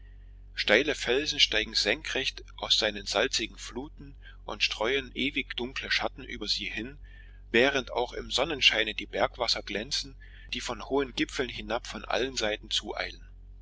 steile felsen steigen senkrecht aus seinen salzigen fluten und streuen ewig dunkle schatten über sie hin während auch im sonnenscheine die bergwasser glänzen die von hohen gipfeln hinab von allen seiten zueilen